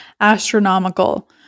astronomical